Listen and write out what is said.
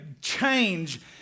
change